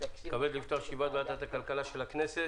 אני מתכבד לפתוח את ישיבת ועדת הכלכלה של הכנסת.